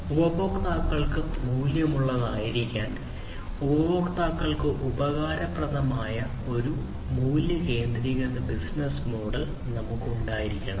ഉപഭോക്താക്കൾക്ക് മൂല്യമുള്ളതായിരിക്കാൻ ഉപഭോക്താക്കൾക്ക് ഉപകാരപ്രദമായ ഒരു മൂല്യ കേന്ദ്രീകൃത ബിസിനസ്സ് മോഡൽ നമുക്ക് ഉണ്ടായിരിക്കണം